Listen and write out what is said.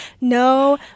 no